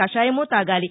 కషాయామూ తాగాలి